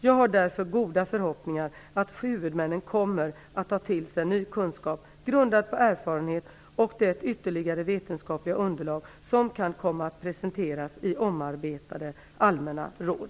Jag har därför goda förhoppningar att huvudmännen kommer att ta till sig ny kunskap grundad på erfarenhet och det ytterligare vetenskapliga underlag som kan komma att presenteras i omarbetade allmänna råd.